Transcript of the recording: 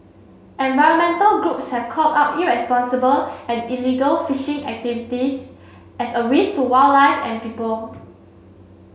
environmental groups have called out irresponsible and illegal fishing activities as a risk to wildlife and people